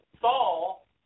Saul